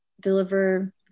deliver